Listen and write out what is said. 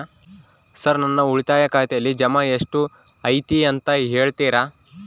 Sir ನನ್ನ ಉಳಿತಾಯ ಖಾತೆಯಲ್ಲಿ ಜಮಾ ಎಷ್ಟು ಐತಿ ಅಂತ ಹೇಳ್ತೇರಾ?